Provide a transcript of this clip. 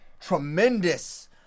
tremendous